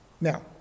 Now